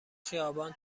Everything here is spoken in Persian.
خیابان